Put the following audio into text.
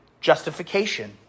justification